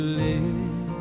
live